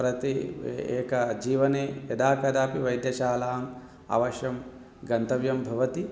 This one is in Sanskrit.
प्रति एकं जीवने यदा कदापि वैद्यशालाम् अवश्यं गन्तव्यं भवति